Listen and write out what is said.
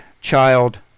child